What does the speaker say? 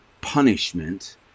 punishment